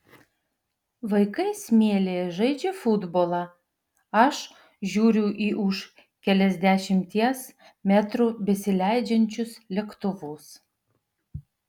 vaikai smėlyje žaidžia futbolą aš žiūriu į už keliasdešimties metrų besileidžiančius lėktuvus